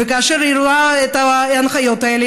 וכאשר היא רואה את ההנחיות האלה,